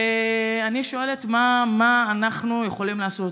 אני שואלת: מה אנחנו יכולים לעשות?